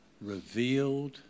revealed